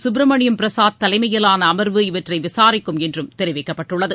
கப்பிரமணியபிரசாத் தலைமையிலானஅமர்வு இவற்றைவிசாரிக்கும் என்றும் தெரிவிக்கப்பட்டுள்ளது